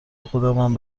خودمم